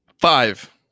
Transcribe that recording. Five